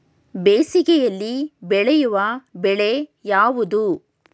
ಬೇಸಿಗೆಯಲ್ಲಿ ಬೆಳೆಯುವ ಬೆಳೆ ಯಾವುದು?